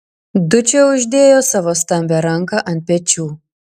dučė uždėjo savo stambią ranką ant pečių